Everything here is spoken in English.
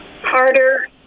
Harder